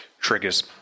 triggers